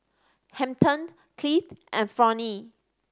Hampton Cliff and Fronnie